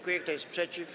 Kto jest przeciw?